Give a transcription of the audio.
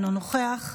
אינו נוכח,